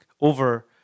over